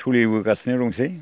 सोलिबोगासिनो दंसै